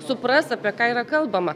supras apie ką yra kalbama